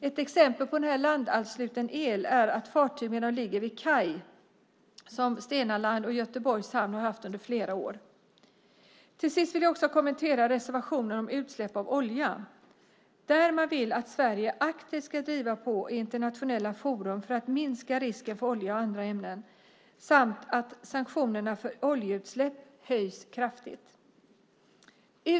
Ett exempel på landansluten el är att fartygen ligger vid kaj, som Stena Line och Göteborgs hamn har haft det under flera år. Till sist vill jag också kommentera reservationen om utsläpp av olja. Man vill att Sverige aktivt ska driva på i internationella forum för att minska risken för olja och andra ämnen samt att sanktionerna för oljeutsläpp höjs kraftigt.